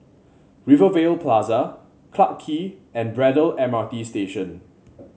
Rivervale Plaza Clarke Quay and Braddell M R T Station